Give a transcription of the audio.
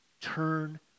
Turn